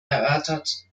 erörtert